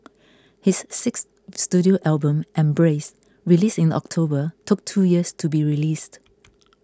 his sixth studio album Embrace released in October took two years to be released